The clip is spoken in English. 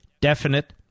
definite